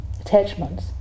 attachments